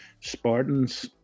spartans